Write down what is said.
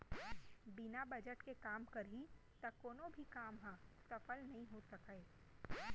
बिना बजट के काम करही त कोनो भी काम ह सफल नइ हो सकय